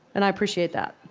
and i appreciate that.